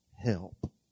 help